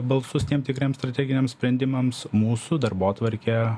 balsus tiem tikriem strateginiam sprendimams mūsų darbotvarkė